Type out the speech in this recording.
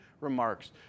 remarks